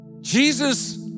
Jesus